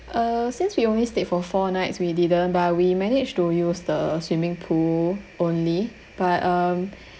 uh since we only stayed for four nights we didn't but we managed to use the swimming pool only but um